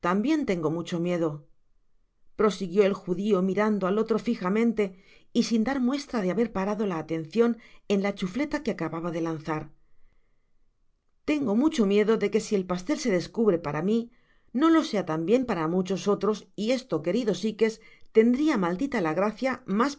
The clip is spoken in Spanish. tengo mucho miedo prosiguió el judio mirando al otro fijamente y sin dar muestra de haber parado ja atencion en la chufleta que acababa de lanzar tengo mucho miedo de que si el pastel se descubre para mi no lo sea tambien para muchos otros y esto querido sikes tendria maldita la gracia mas